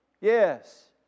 yes